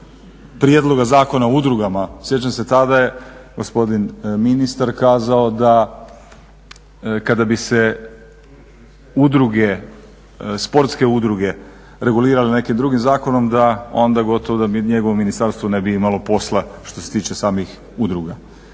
Prijedloga zakona o udrugama. Sjećam se tada je gospodin ministar kazao da kada bi se udruge sportske udruge regulirale nekim drugim zakonom da onda gotovo da njegovo ministarstvo ne bi imalo posla što se tiče samih udruga.